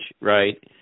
right